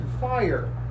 fire